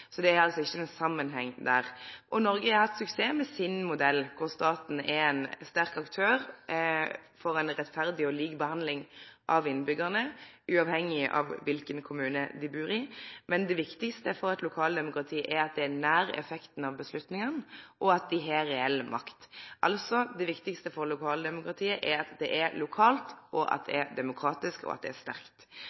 så det er altså ikkje nokon samanheng der. Noreg har hatt suksess med sin modell, kor staten er ein sterk aktør for ein rettferdig og lik behandling av innbyggjarane, uavhengig av kva for ein kommune dei bur i. Men det viktigaste for eit lokaldemokrati er at dei er nære effekten av beslutningane, og at dei har reell makt. Altså: Det viktigaste for lokaldemokratiet er at det er lokalt, at det er demokratisk, og at det er sterkt.